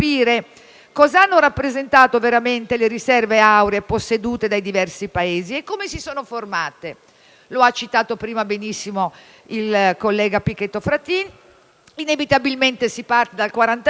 cosa hanno rappresentato veramente le riserve auree possedute dai diversi Paesi e come si sono formate. Lo ha citato prima benissimo il collega Pichetto Fratin: inevitabilmente si parte dal 1945,